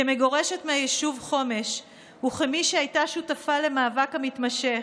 כמגורשת מהיישוב חומש וכמי שהייתה שותפה למאבק המתמשך,